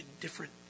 different